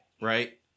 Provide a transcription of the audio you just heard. right